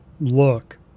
look